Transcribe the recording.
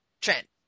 trent